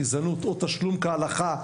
גזענות או תשלום כהלכה,